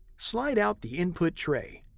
slide out the input tray.